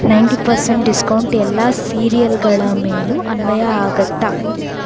ninety percent discount ಎಲ್ಲ ಸೀರಿಯಲ್ಗಳ ಮೇಲೂ ಅನ್ವಯ ಆಗುತ್ತಾ